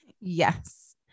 Yes